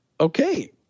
okay